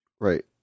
Right